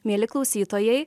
mieli klausytojai